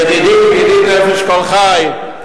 ידידי וידיד נפש כל חי,